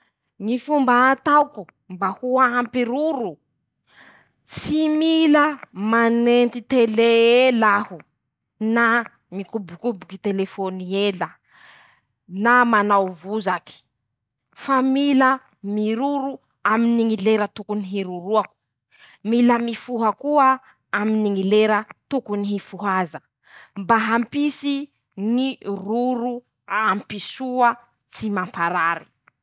Ñy fomba ataoko mba ho ampy roro: -Tsy mila manenty telé ela aho na mikobokoboky telefôny ela na manao vozaky fa mila miroro aminy ñy lera tokony hiroroako. -Mila mifoha koa aminy ñy lera tokony hifoaza, mba hampisy ñy roro ampy soa, tsy mamparare.